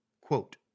Quote